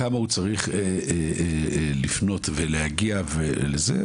כמה הוא צריך לפנות ולהגיע וזה,